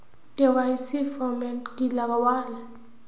KYC format की लगावल?